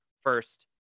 first